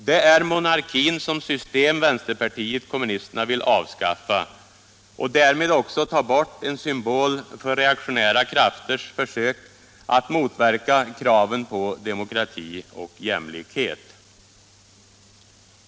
Det är monarkin som system vänsterpartiet kommunisterna vill avskaffa och därmed också ta bort en symbol för reaktionära krafters försök att motverka kraven på demokrati och jämlikhet.